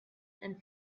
and